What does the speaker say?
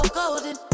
golden